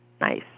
Nice